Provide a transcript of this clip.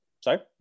Sorry